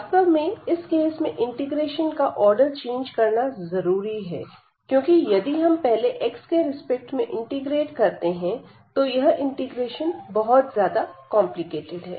वास्तव में इस केस में इंटीग्रेशन का आर्डर चेंज करना जरूरी है क्योंकि यदि हम पहले x के रिस्पेक्ट में इंटीग्रेट करते हैं तो यह इंटीग्रेशन बहुत ज्यादा कॉम्प्लिकेटेड है